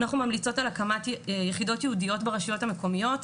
אנחנו ממליצות על הקמת יחידות יעודיות ברשויות המקומיות,